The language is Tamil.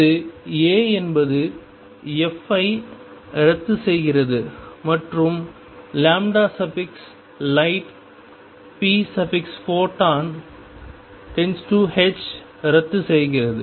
இது a என்பது f ஐ ரத்துசெய்கிறது மற்றும் lightpphoton∼hரத்து செய்கிறது